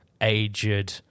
aged